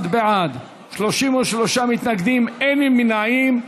61 בעד, 33 מתנגדים, אין נמנעים.